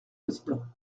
président